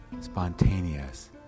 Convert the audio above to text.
spontaneous